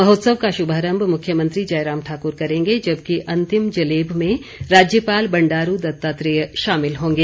महोत्सव का शुभारम्भ मुख्यमंत्री जयराम ठाकुर करेंगे जबकि अंतिम जलेब में राज्यपाल बंडारू दत्तात्रेय शामिल होंगे